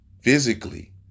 physically